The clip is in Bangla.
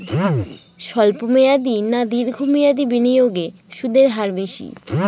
স্বল্প মেয়াদী না দীর্ঘ মেয়াদী বিনিয়োগে সুদের হার বেশী?